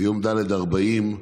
ביום ד' 40,